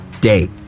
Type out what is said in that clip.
Day